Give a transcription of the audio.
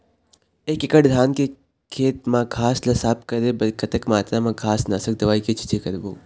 एक एकड़ धान के खेत मा घास ला साफ करे बर कतक मात्रा मा घास नासक दवई के छींचे करबो?